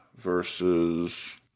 versus